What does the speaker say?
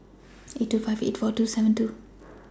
eight two five eight four two seven two